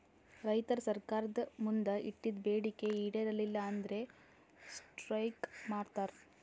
ರೈತರ್ ಸರ್ಕಾರ್ದ್ ಮುಂದ್ ಇಟ್ಟಿದ್ದ್ ಬೇಡಿಕೆ ಈಡೇರಲಿಲ್ಲ ಅಂದ್ರ ಸ್ಟ್ರೈಕ್ ಮಾಡ್ತಾರ್